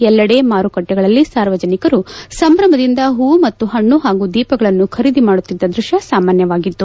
ಎಲ್ಲೆಡೆ ಮಾರುಕಟ್ಟೆಗಳಲ್ಲಿ ಸಾರ್ವಜನಿಕರು ಸಂಭ್ರಮದಿಂದ ಹೂವು ಮತ್ತು ಹಣ್ಣು ಹಾಗೂ ದೀಪಗಳನ್ನು ಖರೀದಿ ಮಾಡುತ್ತಿದ್ದ ದೃಷ್ಠ ಸಾಮಾನ್ಯವಾಗಿತ್ತು